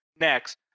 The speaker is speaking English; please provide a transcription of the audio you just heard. next